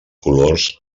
colors